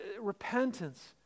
Repentance